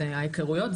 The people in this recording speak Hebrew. זה ההיכרויות,